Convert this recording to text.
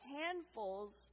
handfuls